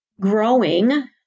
growing